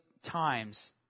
Times